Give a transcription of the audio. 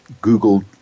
Google